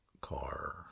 Car